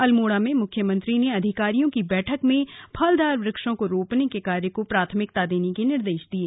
अल्मोड़ा में मुख्यमंत्री ने अधिकारियों की बैठक में फलदार वृक्षों को रोपने के कार्य को प्राथमिकता देने के निर्देश दिये